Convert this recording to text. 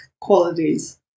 qualities